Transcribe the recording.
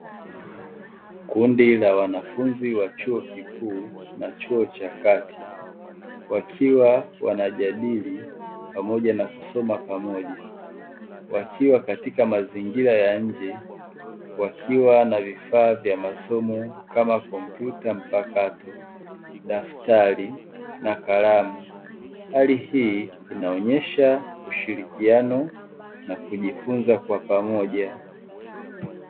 Kundi la wanafunzi wa chuo kikuu na chuo cha kati wakiwa wanajadili pamoja na kusoma pamoja wakiwa katika mazingira ya nje wakiwa na vifaa vya masomo kama kompyuta mpakato, daftari na kalamu hali hii inaonyesha ushirikiano na kujifunza kwa pamoja.